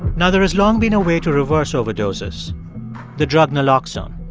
now, there has long been a way to reverse overdoses the drug naloxone.